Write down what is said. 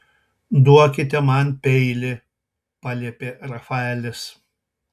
duokite man peilį paliepė rafaelis